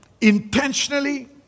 intentionally